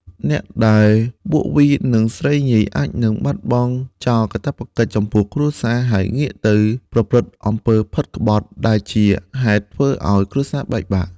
អ្នកដែលវក់វីនឹងស្រីញី អាចនឹងបោះបង់ចោលកាតព្វកិច្ចចំពោះគ្រួសារ ហើយងាកទៅប្រព្រឹត្តអំពើផិតក្បត់ ដែលជាហេតុធ្វើឲ្យគ្រួសារបែកបាក់។